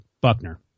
Buckner